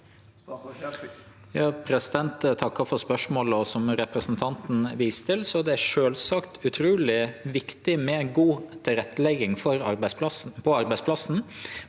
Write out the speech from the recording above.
takkar for spørsmålet. Som representanten viste til, er det sjølvsagt utruleg viktig med god tilrettelegging på arbeidsplassen,